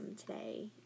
today